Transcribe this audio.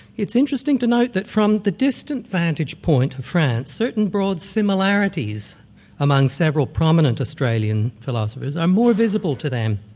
it's interesting to note that from the distant vantage point of france, certain broad similarities among several prominent australian philosophers are more visible to them